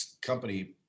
company